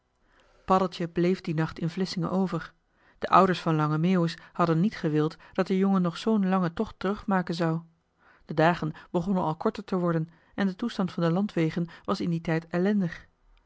bleef dien nacht in vlissingen over de ouders van lange meeuwis hadden niet gewild dat de jongen nog zoo'n langen tocht terugmaken zou de dagen begonnen al korter te worden en de toestand van de landwegen was in dien tijd ellendig